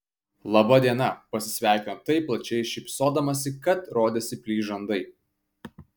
laba diena pasisveikino taip plačiai šypsodamasi kad rodėsi plyš žandai